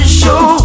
show